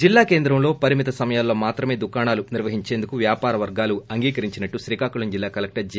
జిల్లా కేంద్రంలో పరిమిత సమయాలలో మాత్రమే దుకాణాలు నిర్వహించేందుకు వ్యాపార వర్గాలు అంగీకరించాయని శ్రీకాకుళం జిల్లా కలెక్లర్ జె